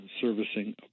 servicing